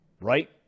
Right